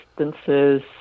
instances